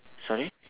sorry